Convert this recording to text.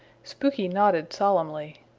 spooky nodded solemnly.